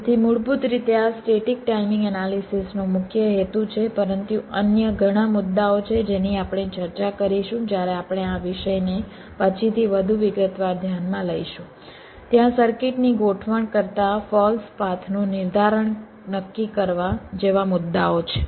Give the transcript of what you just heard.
તેથી મૂળભૂત રીતે આ સ્ટેટિક ટાઇમિંગ એનાલિસિસનો મુખ્ય હેતુ છે પરંતુ અન્ય ઘણા મુદ્દાઓ છે જેની આપણે ચર્ચા કરીશું જ્યારે આપણે આ વિષયને પછીથી વધુ વિગતવાર ધ્યાનમાં લઈશું ત્યાં સર્કિટની ગોઠવણ કરતા ફોલ્સ પાથ નું નિર્ધારણ નક્કી કરવા જેવા મુદ્દાઓ છે